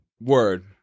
word